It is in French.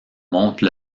montre